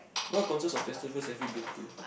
what concerts or festivals have you been to